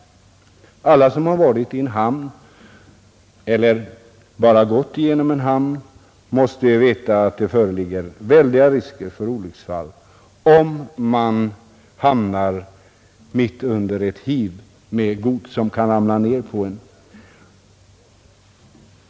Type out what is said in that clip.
Alla som har varit i en hamn — eller bara gått igenom en hamn — måste veta att det föreligger väldiga risker för olycksfall om man hamnar mitt under ett hiv med gods som kan ramla ned på en.